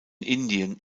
indien